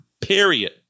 Period